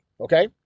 okay